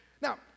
Now